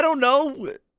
know know what